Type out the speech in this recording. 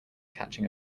catching